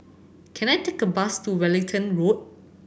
can I take a bus to Wellington Road